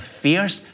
fierce